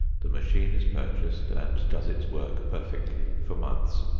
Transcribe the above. the machine is purchased and does its work perfectly for months.